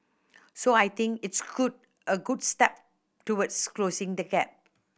so I think it's good a good step towards closing the gap